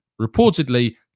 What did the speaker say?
reportedly